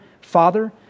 father